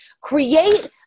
Create